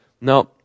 no